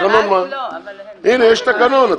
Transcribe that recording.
הנה, יש תקנון.